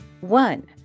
One